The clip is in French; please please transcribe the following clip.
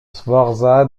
sforza